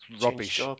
rubbish